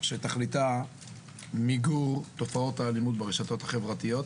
שתכליתה מיגור תופעות האלימות ברשתות החברתיות,